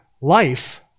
life